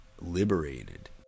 liberated